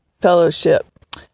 Fellowship